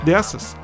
Dessas